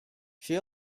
she